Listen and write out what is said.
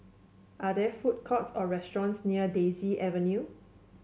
are there food courts or restaurants near Daisy Avenue